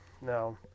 no